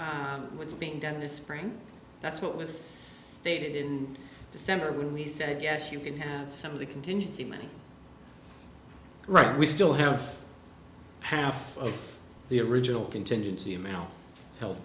of what's being done in the spring that's what was stated in december when we said yes you can have some of the contingency money right we still have half of the original contingency amount held